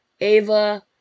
Ava